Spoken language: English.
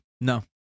No